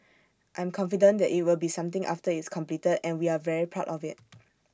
I'm confident that IT will be something after it's completed and we are very proud of IT